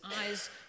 eyes